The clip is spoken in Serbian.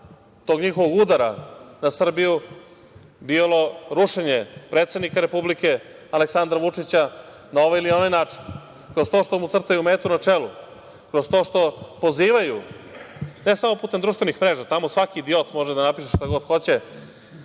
tog njihovog udara na Srbiju bilo rušenje predsednika Republike Aleksandra Vučića na ovaj ili onaj način, kroz to što mu crtaju metu na čelu, kroz to što pozivaju ne samo putem društvenih mreža, tamo svaki idiot može da napiše šta god hoće